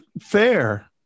fair